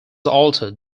altered